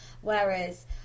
whereas